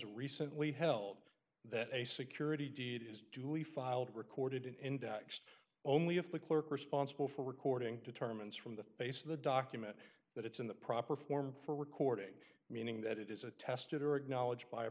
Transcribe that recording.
recently held that a security deed is duly filed recorded indexed only if the clerk responsible for recording to terminate from the base of the document that it's in the proper form for recording meaning that it is attested or acknowledged by a